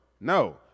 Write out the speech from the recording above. No